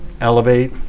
elevate